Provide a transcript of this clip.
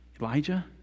Elijah